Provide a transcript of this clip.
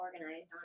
organized